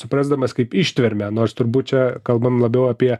suprasdamas kaip ištvermę nors turbūt čia kalbam labiau apie